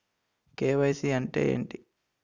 KYC అంటే ఏంటి?